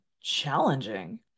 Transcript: challenging